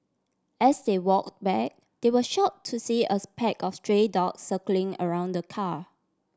as they walk back they were shock to see a pack of stray dogs circling around the car